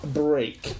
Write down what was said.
break